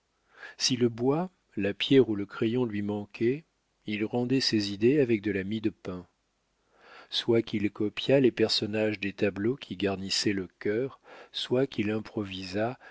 si le bois la pierre ou le crayon lui manquaient il rendait ses idées avec de la mie de pain soit qu'il copiât les personnages des tableaux qui garnissaient le chœur soit qu'il improvisât